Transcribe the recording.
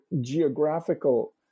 geographical